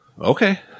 Okay